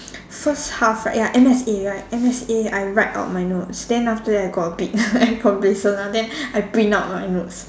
first half right ya M_S_A right M_S_A I write out my notes then after that I got a bit complacent ah then I print out my notes